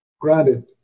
granted